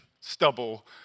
stubble